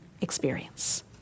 experience